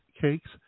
cakes